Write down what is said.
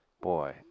boy